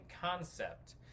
concept